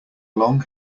long